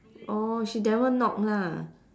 orh she never knock lah